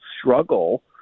struggle